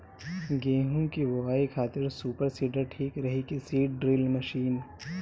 गेहूँ की बोआई खातिर सुपर सीडर ठीक रही की सीड ड्रिल मशीन?